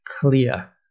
clear